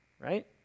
right